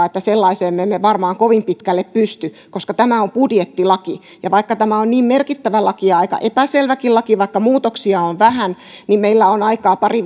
että sellaiseen me emme varmaan kovin pitkälle pysty koska tämä on budjettilaki ja vaikka tämä on niin merkittävä laki ja aika epäselväkin laki vaikka muutoksia on vähän niin meillä on aikaa pari